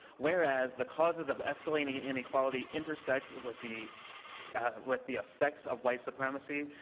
whereas the causes of escalating inequality intersect with the with the affects of white supremacy.